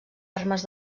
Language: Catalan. armes